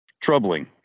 troubling